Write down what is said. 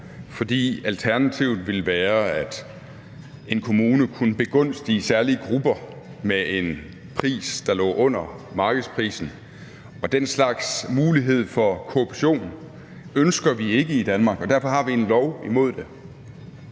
for alternativet ville være, at en kommune kunne begunstige særlige grupper med en pris, der lå under markedsprisen, og den slags mulighed for korruption ønsker vi ikke i Danmark. Derfor har vi en lov imod det.